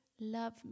love